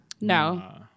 No